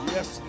Yes